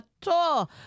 tour